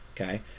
Okay